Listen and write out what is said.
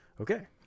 okay